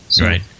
Right